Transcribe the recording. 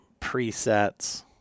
presets